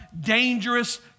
dangerous